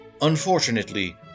Unfortunately